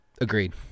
Agreed